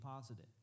positive